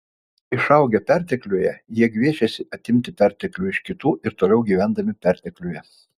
išaugę pertekliuje jie gviešėsi atimti perteklių iš kitų ir toliau gyvendami pertekliuje